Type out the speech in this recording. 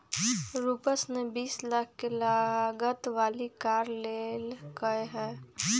रूपश ने बीस लाख के लागत वाली कार लेल कय है